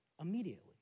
immediately